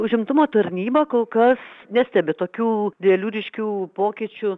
užimtumo tarnyba kol kas nestebi tokių didelių ryškių pokyčių